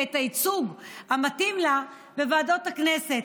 את הייצוג המתאים לה בוועדות הכנסת.